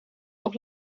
oog